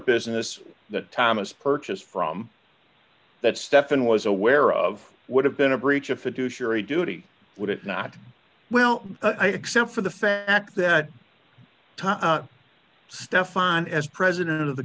business that thomas purchased from that stephan was aware of would have been a breach of fiduciary duty would it not well i except for the fact that stefan as president of the